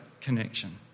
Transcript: connection